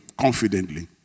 Confidently